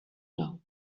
know